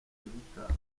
kuzitanga